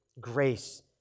grace